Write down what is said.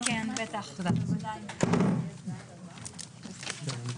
16:54.